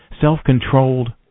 self-controlled